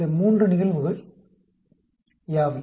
அந்த 3 நிகழ்வுகள் யாவை